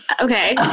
Okay